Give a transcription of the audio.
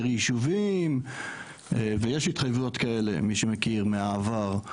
יותר יישובים ויש התחייבויות כאלה מי שמכיר מהעבר,